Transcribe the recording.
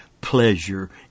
pleasure